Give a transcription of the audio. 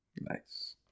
Nice